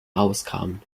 auskamen